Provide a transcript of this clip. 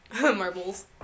Marbles